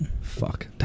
Fuck